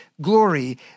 glory